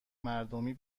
مردمی